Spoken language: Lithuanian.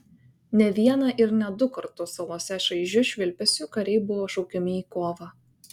ne vieną ir ne du kartus salose šaižiu švilpesiu kariai buvo šaukiami į kovą